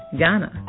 Ghana